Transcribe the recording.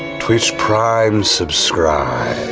twitch prime subscribe.